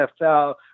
NFL